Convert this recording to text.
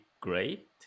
great